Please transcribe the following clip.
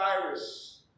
virus